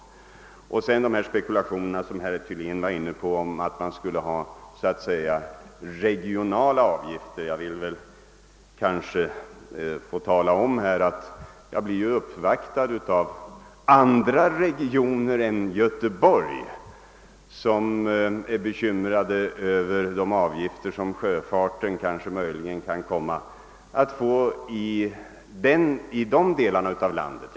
Vad beträffar de spekulationer herr Thylén var inne på om att man skulle ha så att säga regionala avgifter vill jag tala om att jag blir uppvaktad av representanter för andra regioner än Göteborg, vilka är bekymrade över de avgifter som sjöfarten kanske kan komma att åläggas i de delarna av landet.